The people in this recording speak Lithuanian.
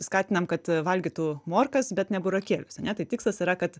skatinam kad valgytų morkas bet ne burokėlius ane tai tikslas yra kad